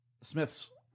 Smith's